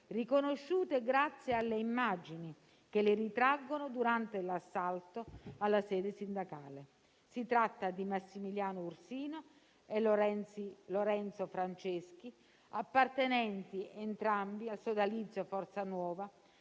riconosciute grazie alle immagini che li ritraggono durante l'assalto alla sede sindacale. Si tratta di Massimiliano Ursino e Lorenzo Franceschi, appartenenti entrambi al sodalizio Forza Nuova,